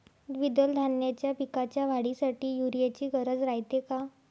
द्विदल धान्याच्या पिकाच्या वाढीसाठी यूरिया ची गरज रायते का?